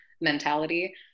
mentality